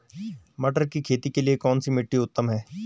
मटर की खेती के लिए कौन सी मिट्टी उत्तम है?